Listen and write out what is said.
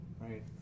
right